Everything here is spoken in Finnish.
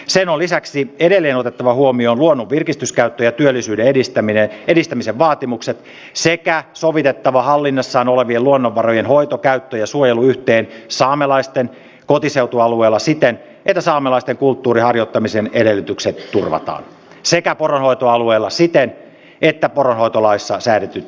sen on lisäksi edelleen otettava huomioon luonnon virkistyskäytön ja työllisyyden edistämisen vaatimukset sekä sovitettava yhteen hallinnassaan olevien luonnonvarojen hoito käyttö ja suojelu saamelaisten kotiseutualueella siten että saamelaisten kulttuurin harjoittamisen edellytykset turvataan sekä poronhoitoalueella siten että poronhoitolaissa säädetyt velvollisuudet täytetään